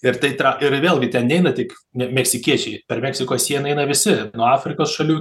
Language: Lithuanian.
ir tai tra ir vėlgi ten neina tik ne meksikiečiai per meksikos sieną eina visi nuo afrikos šalių